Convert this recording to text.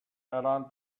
around